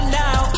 now